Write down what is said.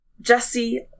Jesse